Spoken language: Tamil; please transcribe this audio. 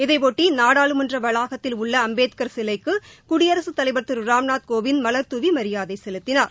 இதைபொட்டி நாடாளுமன்ற வளாகத்தில் உள்ள அம்பேத்கர் சிலைக்கு குடியரசுத் தலைவர் திரு ராம்நாத் கோவிந்த் மலர் தூவி மரியாதை செலுத்தினார்